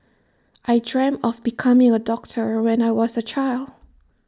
I dreamt of becoming A doctor when I was A child